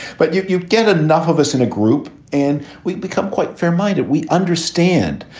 but you've you've got enough of us in a group and we've become quite fair minded. we understand.